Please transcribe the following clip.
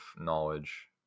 knowledge